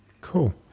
Cool